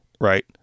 right